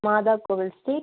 Mata Kovil street